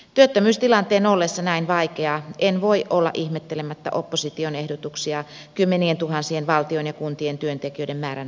työttömyystilanteen ollessa näin vaikea en voi olla ihmettelemättä opposition ehdotuksia kymmenientuhansien valtion ja kuntien työntekijöiden määrän vähentämisestä